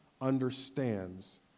understands